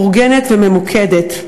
מאורגנת וממוקדת.